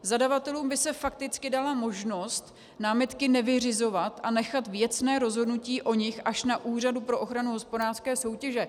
Zadavatelům by se fakticky dala možnost námitky nevyřizovat a nechat věcné rozhodnutí o nich až na Úřadu pro ochranu hospodářské soutěže.